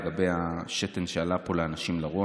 לגבי השתן שעלה פה לאנשים לראש.